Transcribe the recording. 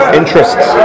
interests